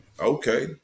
okay